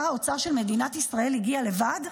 שר האוצר של מדינת ישראל הגיע לבד,